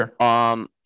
Sure